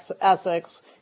Essex